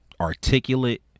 articulate